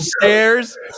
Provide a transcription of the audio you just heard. stairs